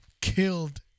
killed